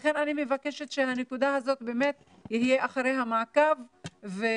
לכן אני מבקשת שאחרי הנקודה הזאת יהיה מעקב ובדיקה.